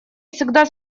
всегда